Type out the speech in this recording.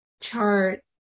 chart